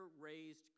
raised